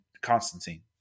constantine